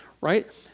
Right